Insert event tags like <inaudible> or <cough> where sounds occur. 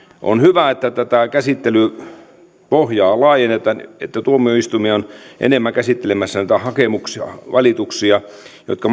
on hyvä että tätä käsittelypohjaa laajennetaan että tuomioistuimia on enemmän käsittelemässä näitä valituksia jotka <unintelligible>